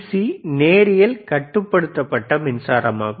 C நேரியல் கட்டுப்படுத்தப்பட்ட மின்சாரம் ஆகும்